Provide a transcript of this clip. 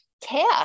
care